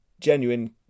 genuine